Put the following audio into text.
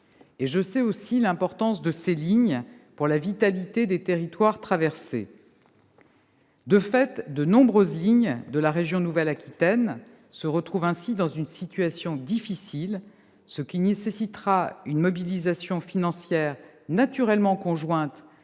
Je sais aussi l'importance de ces lignes pour la vitalité des territoires traversés. De fait, de nombreuses lignes de la région Nouvelle-Aquitaine se retrouvent dans une situation difficile, qui nécessitera une mobilisation financière, naturellement conjointe